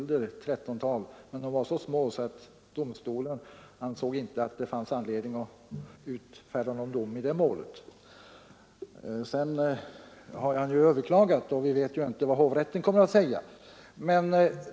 Det var tretton samlagsbilder, men de var så små att domstolen inte ansåg att det fanns anledning utfärda någon dom i målet. Sedan har vederbörande överklagat, och vi vet inte vad hovrätten kommer att säga.